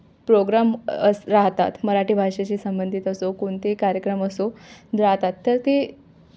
programme असे राहतात मराठी भाषेची संबंधित असो कोणते कार्यक्रम असो राहतात तर ते